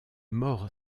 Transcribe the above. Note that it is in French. mort